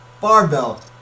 barbell